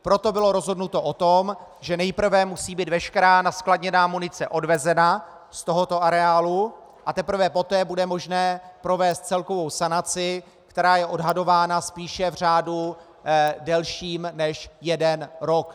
Proto bylo rozhodnuto o tom, že nejprve musí být veškerá naskladněná munice odvezena z tohoto areálu, a teprve poté bude možné provést celkovou sanaci, která je odhadována spíše v řádu delším než jeden rok.